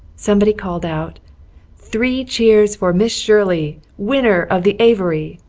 somebody called out three cheers for miss shirley, winner of the avery!